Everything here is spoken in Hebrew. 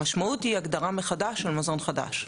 המשמעות היא הגדרה מחדש של מזון חדש.